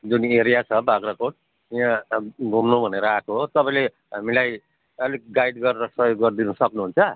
जुन एरिया छ बाग्राकोट यहाँ घुम्नु भनेर आएको हो तपाईँले हामीलाई अलिक गाइड गरेर सहयोग गरिदिनु सक्नुहुन्छ